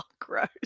gross